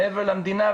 מעבר למדינה,